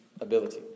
ability